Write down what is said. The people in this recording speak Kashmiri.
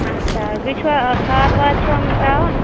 اَچھا بیٚیہِ چھُوا آ کھاد واد چھُوا یِمَن ترٛاوان